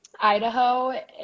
Idaho